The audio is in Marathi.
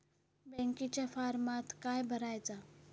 बँकेच्या फारमात काय भरायचा?